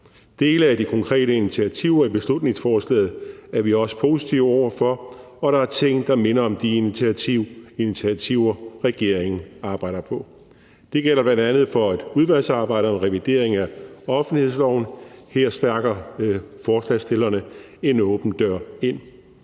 Dele af de konkrete initiativer i beslutningsforslaget er vi også positive over for, og der er ting, der minder om de initiativer, regeringen arbejder på. Det gælder bl.a. for udvalgsarbejdet omkring en revidering af offentlighedsloven, og her sparker forslagsstillerne en åben dør ind,